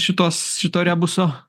šitos šito rebuso